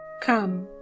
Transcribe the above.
Come